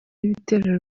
ibitero